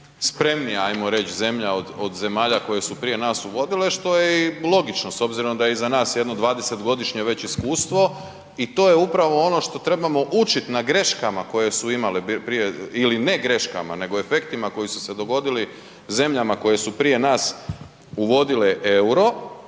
najspremnija ajmo reći zemlja od zemalja koje su prije nas uvodile što je i logično s obzirom da je iza nas jedno 20-godišnje već iskustvo i to je upravo ono što trebamo učiti na greškama koje su imale prije ili ne greškama nego efektima koji su se dogodili zemljama koje su prije nas uvodile EUR-o.